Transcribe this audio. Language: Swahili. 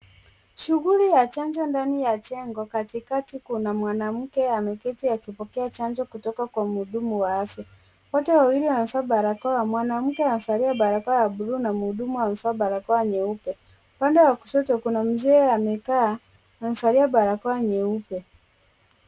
Shughuli ya chanjo ndani ya jengo. Katikati kuna mwanamke ameketi akipokea chanjo kutoka kwa mhudumu wa afya. Wote wawili wamevaa barakoa. Mwanamke amevalia barakoa ya buluu na mhudumu amevaa barakoa nyeupe. Upande wa kushoto kuna mzee amekaa amevalia barakoa nyeupe.